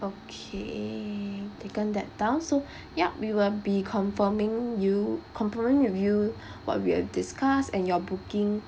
okay taken that down so yup we will be confirming you confirming with you what we've discuss and your booking